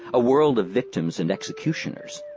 a world of victims and executioners,